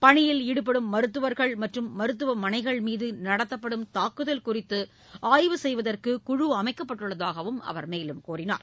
பணியில் ஈடுபடும் மருத்துவர்கள் மற்றும் மருத்துவமனைகள் மீது நடத்தப்படும் தாக்குதல் குறித்து ஆய்வு செய்வதற்கு குழு அமைக்கப்பட்டுள்ளதாக அவர் கூறினார்